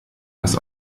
das